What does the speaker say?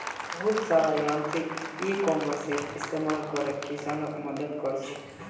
बहुत सारा यांत्रिक इ कॉमर्सेर इस्तमाल करे किसानक मदद क र छेक